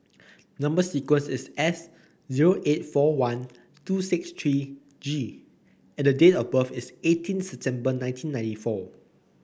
number sequence is S zero eight four one two six three G and the date of birth is eighteen September nineteen ninety four